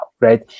right